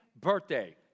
birthday